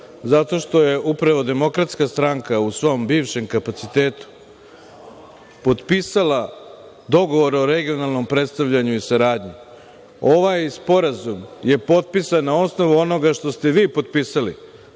Zato što je upravo DS u svom bivšem kapacitetu potpisala dogovor o regionalnu predstavljanju i saradnji. Ovaj sporazum je potpisan na osnovu onoga što ste vi potpisali,